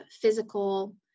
physical